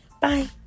Bye